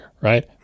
Right